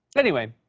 anyway,